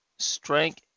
Strength